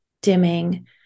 dimming